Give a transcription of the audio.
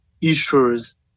issues